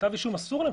כתב אישום אסור להם.